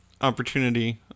opportunity